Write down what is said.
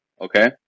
Okay